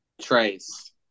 Trace